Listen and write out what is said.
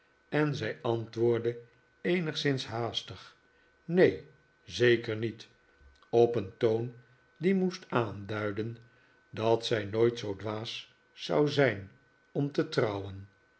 en zij antwoordde eenigszins haastig neen zeker niet op een toon die moest aanduiden dat zij nooit zoo dwaas zou zijn om te trouwen